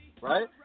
right